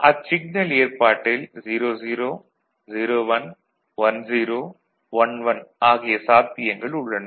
அச்சிக்னல் ஏற்பாட்டில் 00 01 10 11 ஆகிய சாத்தியங்கள் உள்ளன